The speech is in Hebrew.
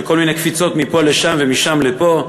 של כל מיני קפיצות מפה לשם ומשם לפה,